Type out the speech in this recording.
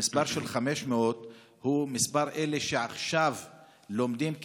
המספר 500 הוא המספר של אלה שלומדים עכשיו,